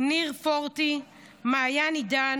ניר פורטי, מעיין עידן,